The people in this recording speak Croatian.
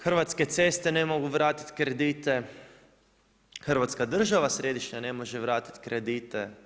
Hrvatske ceste ne mogu vratiti kredite, Hrvatska država središnja ne može vratiti kredite.